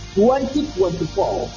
2024